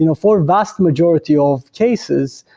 you know for vast majority of cases,